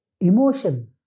emotion